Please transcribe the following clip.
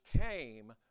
came